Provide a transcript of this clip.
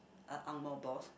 a angmoh boss